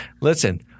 Listen